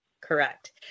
correct